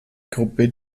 gruppe